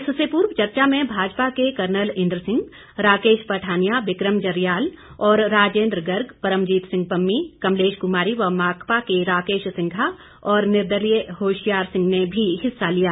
इससे पूर्व चर्चा में भाजपा के कर्नल इंद्र सिंह राकेश पठानिया विक्रम जरियाल और राजेंद्र गर्ग परमजीत सिंह पम्मी कमलेश कुमारी व माकपा के राकेश सिंघा और निर्दलीय होशियार सिंह ने भी हिस्सा लिया